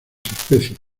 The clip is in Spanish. especies